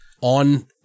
on